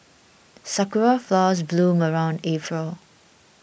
sakura flowers bloom around April